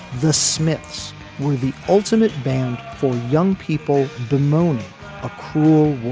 the smiths were the ultimate band for young people bemoaning a cruel